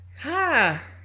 Ha